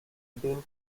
been